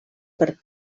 per